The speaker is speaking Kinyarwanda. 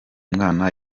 mwana